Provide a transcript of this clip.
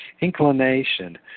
inclination